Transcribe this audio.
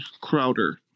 Crowder